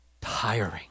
tiring